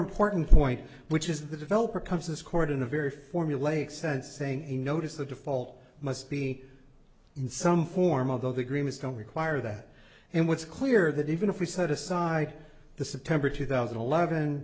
important point which is the developer comes this court in a very formulaic sense saying a notice of default must be in some form of those agreements don't require that and what's clear that even if we set aside the september two thousand and eleven